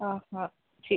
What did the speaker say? చి